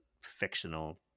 fictional